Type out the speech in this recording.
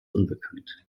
unbekannt